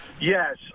Yes